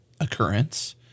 occurrence